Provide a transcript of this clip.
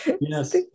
Yes